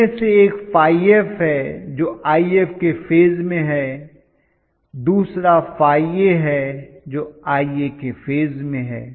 उनमें से एक ϕ f है जो If फेज के में है और दूसरा ϕ a है जो Ia के फेज में है